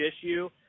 issue